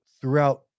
throughout